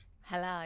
Hello